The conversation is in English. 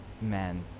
man